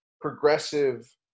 progressive